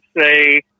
say